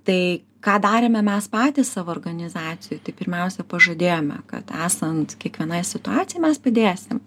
tai ką darėme mes patys savo organizacijoj tai pirmiausia pažadėjome kad esant kiekvienai situacijai mes padėsim